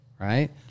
right